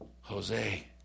Jose